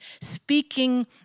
speaking